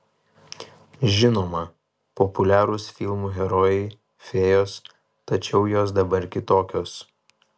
žinoma populiarūs filmų herojai fėjos tačiau jos dabar kitokios